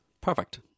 perfect